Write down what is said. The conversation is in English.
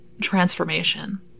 transformation